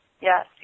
Yes